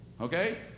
Okay